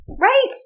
Right